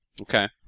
Okay